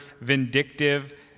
vindictive